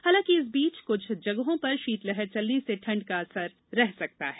हालांकि इस बीच कुछ जगहों पर शीतलहर चलने से ठंड का असर रह सकता है